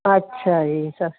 ਅੱਛਾ ਜੀ